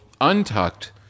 untucked